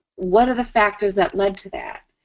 what are the factors that led to that?